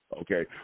Okay